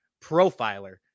profiler